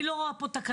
אני לא רואה פה תקנות,